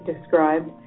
described